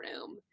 room